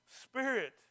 spirit